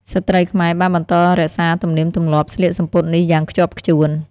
ស្ត្រីខ្មែរបានបន្តរក្សាទំនៀមទម្លាប់ស្លៀកសំពត់នេះយ៉ាងខ្ជាប់ខ្ជួន។